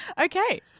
Okay